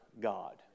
God